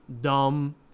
dumb